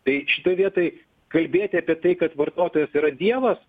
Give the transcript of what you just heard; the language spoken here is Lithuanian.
tai šitoj vietoj kalbėti apie tai kad vartotojas yra dievas